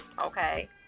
Okay